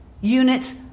units